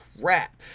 crap